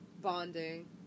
bonding